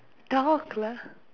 dog lah